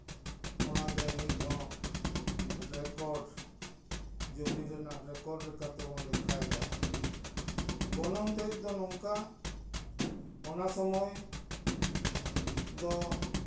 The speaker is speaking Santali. ᱚᱱᱟᱜᱮ ᱱᱤᱛ ᱦᱚᱸ ᱨᱮᱠᱳᱨᱰ ᱡᱩᱢᱤ ᱨᱮᱱᱟᱜ ᱨᱮᱠᱚᱨᱰ ᱞᱮᱠᱟ ᱛᱮᱵᱚᱱ ᱞᱮᱠᱷᱟᱭᱮᱫᱟ ᱜᱚᱱᱚᱝ ᱛᱮᱜ ᱫᱚ ᱱᱚᱝᱠᱟ ᱚᱱᱟ ᱥᱚᱢᱚᱭ ᱫᱚ